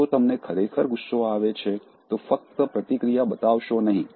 જો તમને ખરેખર ગુસ્સો આવે છે તો ફક્ત પ્રતિક્રિયા બતાવશો નહીં